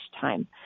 time